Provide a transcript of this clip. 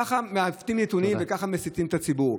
ככה מעוותים את הנתונים וככה מסיתים את הציבור.